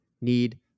need